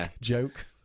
joke